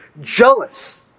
jealous